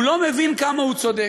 הוא לא מבין כמה הוא צודק,